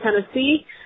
Tennessee